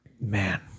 Man